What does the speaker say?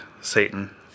Satan